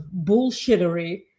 bullshittery